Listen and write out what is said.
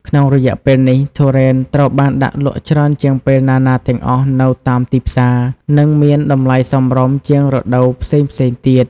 ក្នុងរយៈពេលនេះ ទុរេនត្រូវបានដាក់លក់ច្រើនជាងពេលណាៗទាំងអស់នៅតាមទីផ្សារ និងមានតម្លៃសមរម្យជាងរដូវផ្សេងៗទៀត។